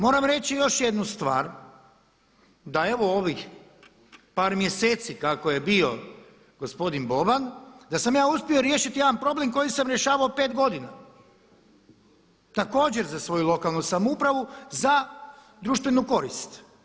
Moram reći još jednu stvar, da evo ovih par mjeseci kako je bio gospodin Boban, da sam ja uspio riješiti jedan problem koji sam rješavao 5 godina također za svoju lokalnu samoupravu za društvenu korist.